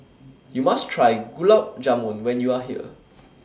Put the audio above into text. YOU must Try Gulab Jamun when YOU Are here